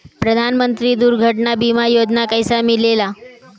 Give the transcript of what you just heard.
प्रधानमंत्री दुर्घटना बीमा योजना कैसे मिलेला?